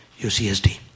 UCSD